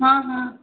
हाँ हाँ